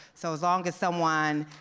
so as long as someone